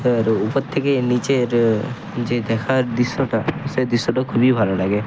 এবার উপর থেকে নিচের নিচে দেখার দৃশ্যটা সেই দৃশ্যটা খুবই ভালো লাগে